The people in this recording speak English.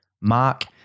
mark